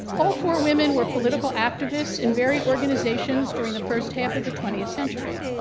all four women were political activists in varied organizations during the first half of the twentieth century.